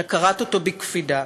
אלא קראת אותו בקפידה,